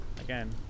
again